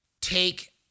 take